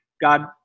God